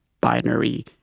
binary